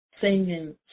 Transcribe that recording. singing